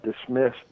dismissed